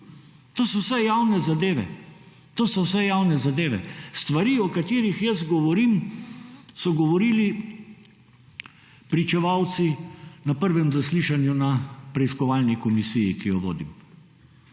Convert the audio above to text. to so vse javne zadeve. Stvari, o katerih jaz govorim, so govorili pričevalci na prvem zaslišanju na preiskovalni komisiji, ki jo vodim.